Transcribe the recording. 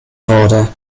wurde